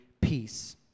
peace